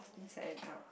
inside and out